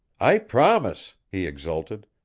i promise! he exulted,